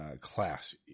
class